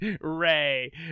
Ray